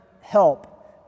help